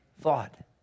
thought